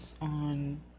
on